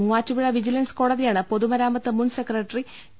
മൂവാറ്റു പുഴ വിജിലൻസ് കോടതിയാണ് പൊതുമരാമത്ത് മുൻ സെക്രട്ടറി ടി